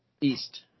east